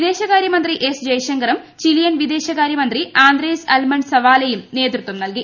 വിദേശകാര്യമന്ത്രി എസ് ജയ്ശങ്കറും ചിലിയൻ വിദേശകാര്യമന്ത്രി ആന്ദ്രേസ് അൽമണ്ട് സവാലയും നേതൃത്വം നൽകി